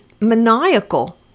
maniacal